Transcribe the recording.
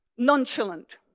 Nonchalant